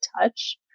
touch